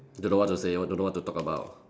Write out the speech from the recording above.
don't know what to say or don't know what to talk about